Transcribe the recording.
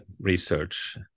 research